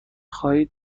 خواهید